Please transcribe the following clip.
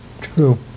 True